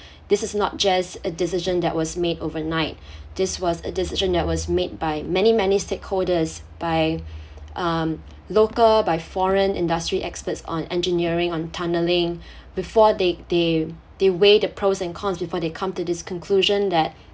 this is not just a decision that was made overnight this was a decision that was made by many many stakeholders by um local by foreign industry experts on engineering on tunneling before they they they weigh the pros and cons before they come to this conclusion that